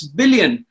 billion